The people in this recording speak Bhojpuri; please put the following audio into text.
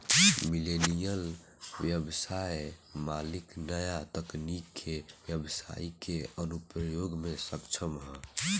मिलेनियल ब्यबसाय के मालिक न्या तकनीक के ब्यबसाई के अनुप्रयोग में सक्षम ह